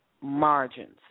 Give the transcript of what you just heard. margins